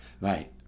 right